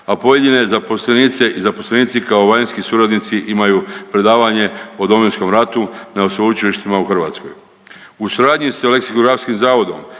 a pojedine zaposlenice i zaposlenici kao vanjski suradnici imaju predavanje o Domovinskom ratu na Sveučilištima u Hrvatskoj. U suradnji sa Leksikografskim zavodom